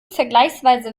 vergleichsweise